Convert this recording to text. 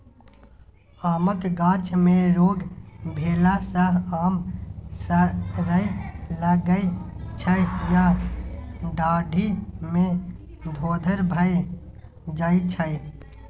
आमक गाछ मे रोग भेला सँ आम सरय लगै छै या डाढ़ि मे धोधर भए जाइ छै